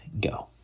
go